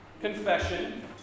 confession